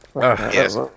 Yes